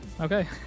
okay